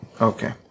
Okay